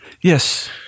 Yes